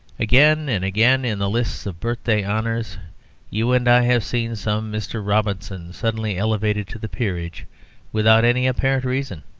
again and again in the lists of birthday honours you and i have seen some mr. robinson suddenly elevated to the peerage without any apparent reason.